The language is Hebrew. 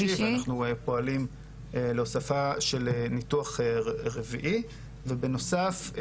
ואנחנו פועלים להוספה של ניתוח רביעי ובנוסף,